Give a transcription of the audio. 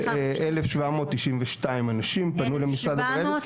1,792 אנשים פנו למשרד הבריאות,